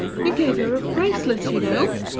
you gave her a bracelet, you know,